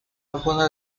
alguna